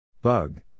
Bug